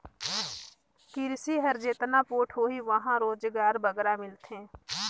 किरसी हर जेतना पोठ होही उहां रोजगार बगरा मिलथे